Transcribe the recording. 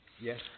Yes